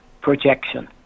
projection